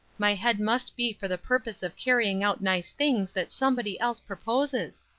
my head must be for the purpose of carrying out nice things that somebody else proposes.